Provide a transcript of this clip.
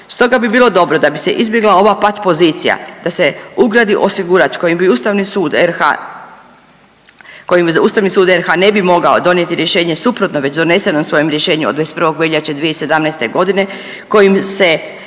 Stoga bi bilo dobro da bi se izbjegla ova pat pozicija, da se ugradi osigurač kojim bi Ustavni sud RH ne bi mogao donijeti rješenje suprotno već donesenom svojem rješenju od 21. veljače 2017. godine kojim se